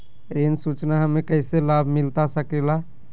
ऋण सूचना हमें कैसे लाभ मिलता सके ला?